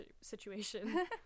situation